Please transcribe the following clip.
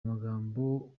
amagambo